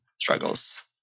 struggles